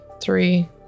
three